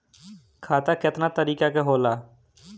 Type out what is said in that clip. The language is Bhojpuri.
खाता केतना तरीका के होला?